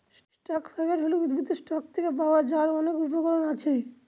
stock fibre হল উদ্ভিদের stock থেকে পাওয়া যার অনেক উপকরণ আছে